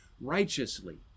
righteously